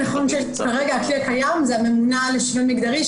כרגע הכלי הקיים זו הממונה על שוויון מגדרי,